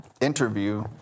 interview